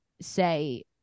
say